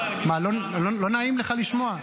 לא נעים לך לשמוע?